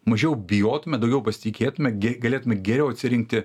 mažiau bijotume daugiau pasitikėtume gi galėtume geriau atsirinkti